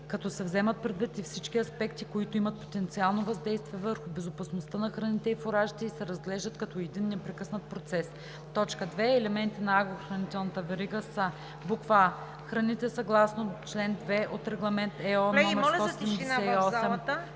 като се вземат предвид и всички аспекти, които имат потенциално въздействие върху безопасността на храните и фуражите и се разглеждат като един непрекъснат процес. 2. „Елементи на агрохранителната верига“ са: а) храните съгласно чл. 2 от Регламент (ЕО) №